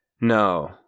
no